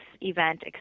event